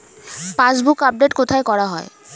Passbook update কোথায় করা হয়?